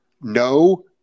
no